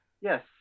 Yes